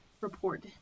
report